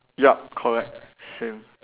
yup correct same